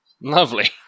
Lovely